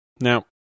Now